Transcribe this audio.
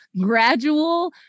gradual